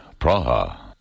Praha